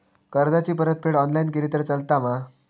कर्जाची परतफेड ऑनलाइन केली तरी चलता मा?